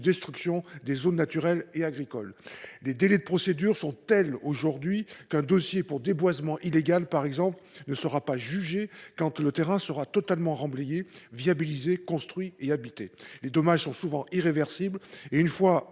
destruction de zones naturelles et agricoles. Les délais de procédure sont tels aujourd'hui qu'un dossier pour déboisement illégal, par exemple, ne sera toujours pas jugé quand le terrain sera totalement remblayé, viabilisé, construit et habité. Les dommages sont souvent irréversibles, et une fois